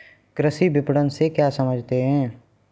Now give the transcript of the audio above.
कृषि विपणन से क्या समझते हैं?